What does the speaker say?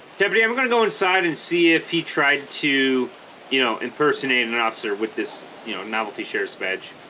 deputy i'm gonna go inside and see if he tried to you know impersonate and an officer with this you know novelty sheriff's badge